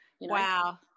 Wow